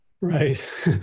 Right